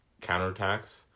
counterattacks